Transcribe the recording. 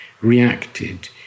reacted